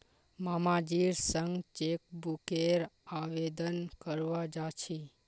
मामाजीर संग चेकबुकेर आवेदन करवा जा छि